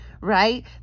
Right